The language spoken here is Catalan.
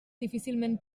difícilment